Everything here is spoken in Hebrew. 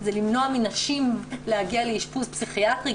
זה למנוע מנשים להגיע לאשפוז פסיכיאטרי,